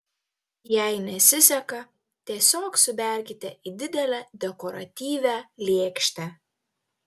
jei nesiseka tiesiog suberkite į didelę dekoratyvią lėkštę